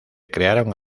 crearon